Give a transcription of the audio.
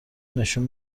نشون